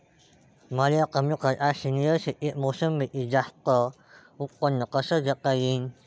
मले कमी खर्चात सेंद्रीय शेतीत मोसंबीचं जास्त उत्पन्न कस घेता येईन?